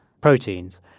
proteins